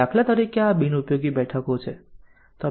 દાખલા તરીકે આ બિનઉપયોગી બેઠકો છે